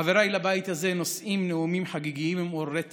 חבריי לבית הזה נושאים נאומים חגיגיים ומעוררי תקווה.